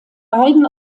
beiden